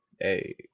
Hey